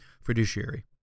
fiduciary